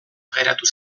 geratu